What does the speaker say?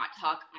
talk